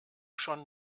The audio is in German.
schon